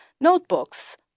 notebooks